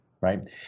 right